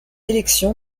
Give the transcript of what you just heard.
élection